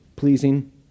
pleasing